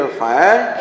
fire